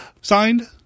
Signed